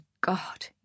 God